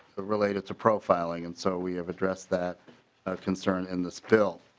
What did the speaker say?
related to profiling. and so we have addressed that concern in this bill.